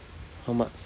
how much